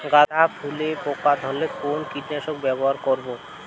গাদা ফুলে পোকা ধরলে কোন কীটনাশক ব্যবহার করব?